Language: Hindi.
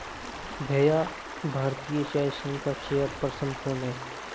भैया भारतीय चाय संघ का चेयर पर्सन कौन है?